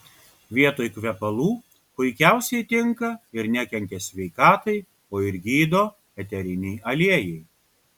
vietoj kvepalų puikiausiai tinka ir nekenkia sveikatai o ir gydo eteriniai aliejai